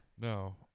No